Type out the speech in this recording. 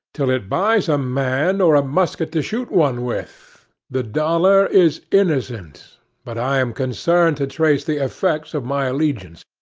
till it buys a man or a musket to shoot one with the dollar is innocent but i am concerned to trace the effects of my allegiance.